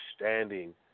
understanding